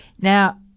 Now